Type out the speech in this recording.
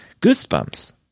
Goosebumps